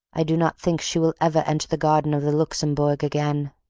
i do not think she will ever enter the garden of the luxembourg again.